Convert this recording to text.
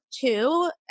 two